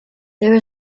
there